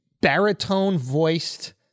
baritone-voiced